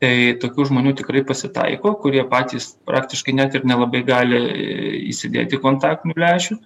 tai tokių žmonių tikrai pasitaiko kurie patys praktiškai net ir nelabai gali įsidėti kontaktinių lęšių